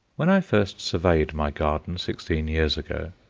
when i first surveyed my garden sixteen years ago,